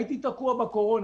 הייתי תקוע בקורונה.